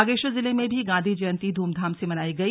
बागेश्वर जिले में भी गांधी जयंती धूमधाम से मनाई गई